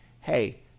hey